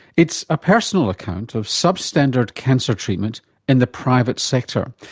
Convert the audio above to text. it's a personal account of substandard cancer treatment in the private sector.